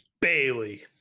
Bailey